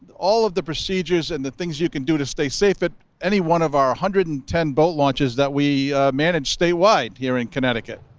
all of the procedures and the things you can do to stay safe at any one of our one hundred and ten boat launches that we manage statewide here in connecticut.